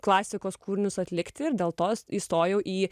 klasikos kūrinius atlikti ir dėl to įstojau į